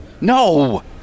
No